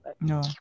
No